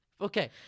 Okay